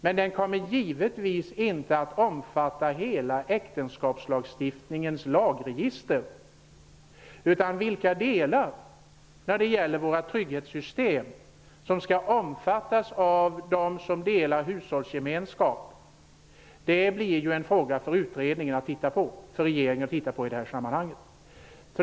Men den kommer givetvis inte att omfatta hela äktenskapslagstiftningens lagregister. Vilka delar av våra trygghetssystem som skall gälla dem som delar hushållsgemenskap blir en fråga för regeringen och utredningen att titta närmare på.